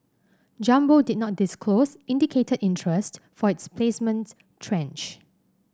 jumbo did not disclose indicated interest for its placement tranche